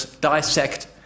dissect